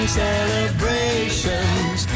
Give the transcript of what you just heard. celebrations